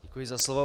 Děkuji za slovo.